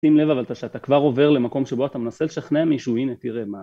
שים לב אבל כשאתה כבר עובר למקום שבו אתה מנסה לשכנע מישהו הנה תראה מה